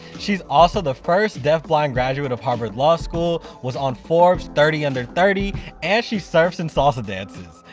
she's also the first deafblind graduate of harvard law school, was on forbes thirty under thirty and she surfs and salsa dances!